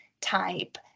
type